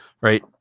right